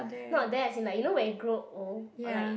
not that as in you know when you grow old or like